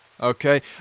okay